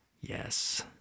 Yes